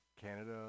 Canada